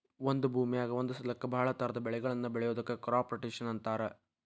ಒಂದ ಭೂಮಿಯಾಗ ಒಂದ ಸಲಕ್ಕ ಬಹಳ ತರಹದ ಬೆಳಿಗಳನ್ನ ಬೆಳಿಯೋದಕ್ಕ ಕ್ರಾಪ್ ರೊಟೇಷನ್ ಅಂತಾರ